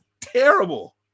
terrible